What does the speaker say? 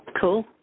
Cool